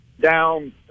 down